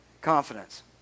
confidence